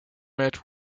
met